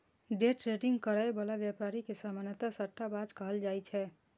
day trading करै बला व्यापारी के सामान्यतः सट्टाबाज कहल जाइ छै